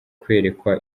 kwerekwa